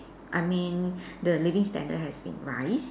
I mean the living standard has been rise